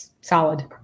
Solid